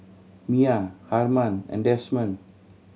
Miah Harman and Desmond